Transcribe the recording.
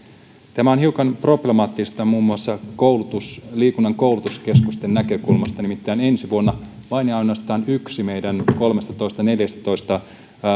tämä on hiukan problemaattista muun muassa liikunnan koulutuskeskusten näkökulmasta nimittäin ensi vuonna vain ja ainoastaan yksi meidän kolmestatoista neljästätoista